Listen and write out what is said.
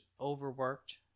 overworked